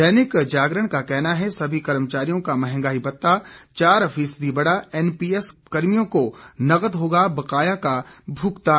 दैनिक जागरण का कहना है सभी कर्मचारियों का मंहगाई भत्ता चार फिसदी बढ़ा एनपीएस कर्मियों को नकद होगा बकाया का भुगतान